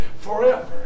forever